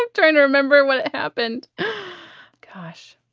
trying to remember what happened gosh,